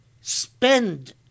spend